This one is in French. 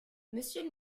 monsieur